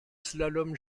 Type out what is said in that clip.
slalom